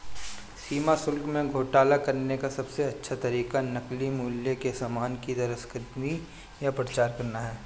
सीमा शुल्क में घोटाला करने का सबसे अच्छा तरीका नकली मूल्य के सामान की तस्करी या प्रचार करना है